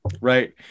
Right